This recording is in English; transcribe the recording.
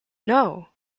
know